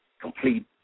complete